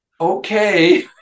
okay